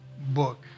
book